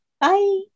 bye